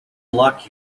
luck